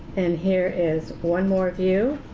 and here is one more view